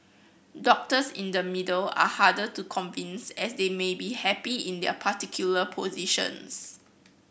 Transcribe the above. doctors in the middle are harder to convince as they may be happy in their particular positions